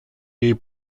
jej